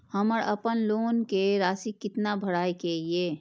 हमर अपन लोन के राशि कितना भराई के ये?